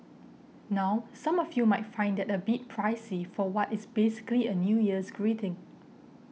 now some of you might find that a bit pricey for what is basically a New Year's greeting